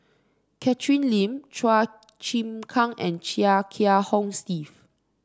Catherine Lim Chua Chim Kang and Chia Kiah Hong Steve